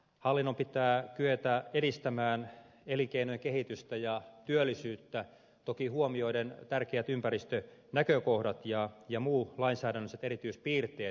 hallinnon pitää kyetä edistämään elinkeinojen kehitystä ja työllisyyttä toki huomioiden tärkeät ympäristönäkökohdat ja muut lainsäädännölliset erityispiirteet